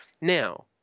Now